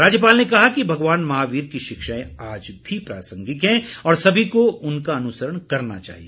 राज्यपाल ने कहा कि भगवान महावीर की शिक्षाएं आज भी प्रासंगिक हैं और सभी को उनका अनुसरण करना चाहिए